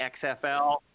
XFL